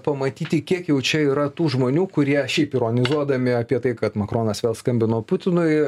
pamatyti kiek jau čia yra tų žmonių kurie šiaip ironizuodami apie tai kad makronas vėl skambino putinui